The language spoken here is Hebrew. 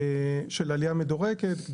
של עלייה מדורגת.